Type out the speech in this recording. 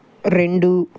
రెండు